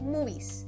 Movies